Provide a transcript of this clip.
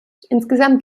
insgesamt